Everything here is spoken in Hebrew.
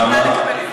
למה?